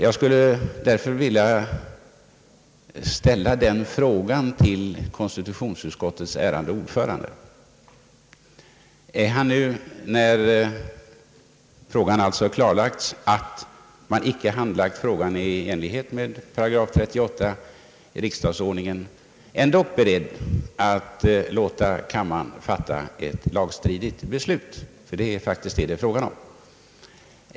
Jag skulle därför vilja ställa den frågan till konstitutionsutskottets ärade ordförande: Är han nu, när det alltså klarlagts att man icke handlagt den i enlighet med 8 38 riksdagsordningen, ändå beredd att låta kammaren fatta ett lagstridigt beslut? Det är faktiskt detta frågan gäller.